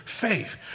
faith